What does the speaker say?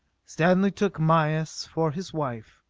stanley took mayis for his wife.